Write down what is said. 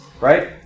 Right